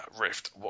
Rift